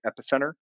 epicenter